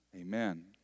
Amen